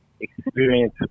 experience